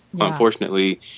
unfortunately